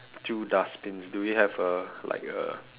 two dustbins do we have a like a